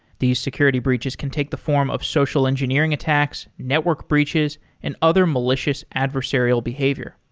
these security breaches can take the form of social engineering attacks, network breaches and other malicious adversarial behavior.